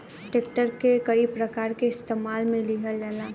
tractor के कई प्रकार के इस्तेमाल मे लिहल जाला